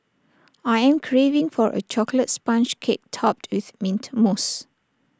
I am craving for A Chocolate Sponge Cake Topped with Mint Mousse